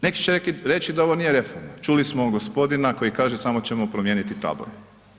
Neki će reći da ovo nije reforma, čuli smo gospodina koji kaže samo ćemo promijeniti tabore.